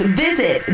visit